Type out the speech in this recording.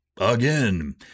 Again